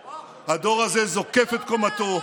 המליאה.) תודה.